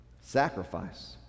sacrifice